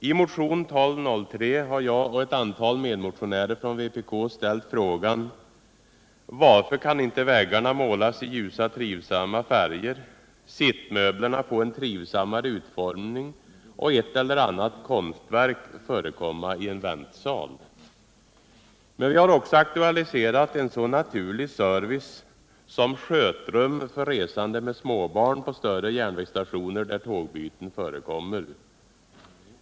I motionen 1203 har jag och ett antal medmotionärer från vpk ställt frågan: Varför kan inte väggarna målas i ljusa, trivsamma färger, sittmöblerna få en trivsammare utformning och ett eller annat konstverk förekomma i en väntsal? Vi har också aktualiserat en så naturlig service som skötrum för resande med småbarn på större järnvägsstationer där tågbyten förekommer.